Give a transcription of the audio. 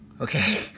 okay